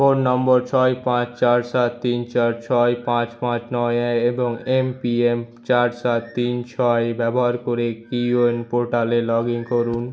phone নম্বর ছয় পাঁচ চার সাত তিন চার ছয় পাঁচ পাঁচ নয় এক এবং এমপিন চার সাত তিন ছয় ব্যবহার করে কিউএন পোর্টালে লগ ইন করুন